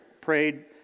prayed